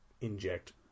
inject